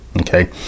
okay